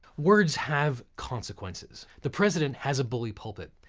words have consequences. the president has a bully pulpit.